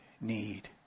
need